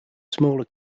smaller